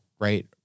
right